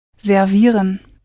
Servieren